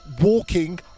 walking